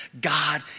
God